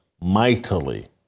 mightily